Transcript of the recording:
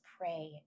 pray